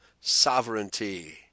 sovereignty